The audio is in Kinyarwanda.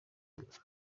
kunywa